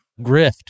grift